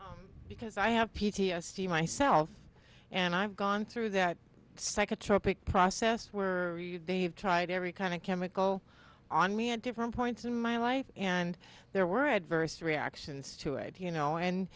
because i have p t s d myself and i've gone through that psychotropic process where they have tried every kind of chemical on me at different points in my life and there were adverse reactions to it you know and